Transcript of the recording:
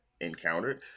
encountered